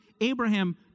Abraham